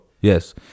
Yes